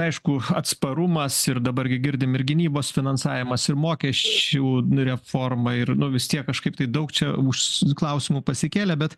aišku atsparumas ir dabar gi girdim ir gynybos finansavimas ir mokesčių reforma ir nu vis tiek kažkaip tai daug čia už klausimų pasikėlę bet